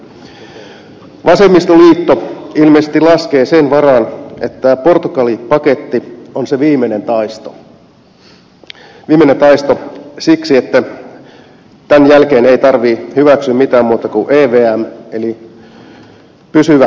vasemmistoliitto ilmeisesti laskee sen varaan että portugali paketti on se viimeinen taisto siksi että tämän jälkeen ei tarvitse hyväksyä mitään muuta kuin evm eli pysyvä vakausmekanismi